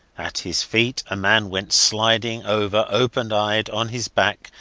at his feet a man went sliding over, open-eyed, on his back,